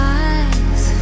eyes